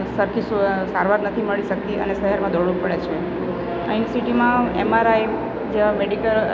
સરખી સારવાર નથી મળી શકતી અને શહેરમાં દોડવું પડે છે અહીં સિટીમાં એમઆરઆઈ જેવા મેડિકલ